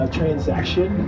transaction